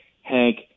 Hank